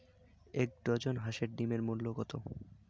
এক ডজন হাঁসের ডিমের মূল্য কত?